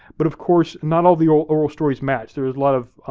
but of course, not all the oral oral stories match. there's a lot of